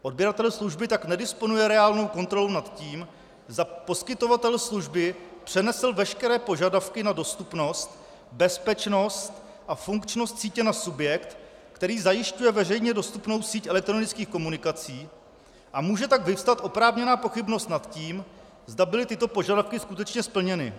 Odběratel služby tak nedisponuje reálnou kontrolou nad tím, zda poskytovatel služby přenesl veškeré požadavky na dostupnost, bezpečnost a funkčnost sítě na subjekt, který zajišťuje veřejně dostupnou síť elektronických komunikací, a může tak vyvstat oprávněná pochybnost nad tím, zda byly tyto požadavky skutečně splněny.